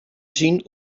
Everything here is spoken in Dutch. zien